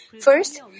First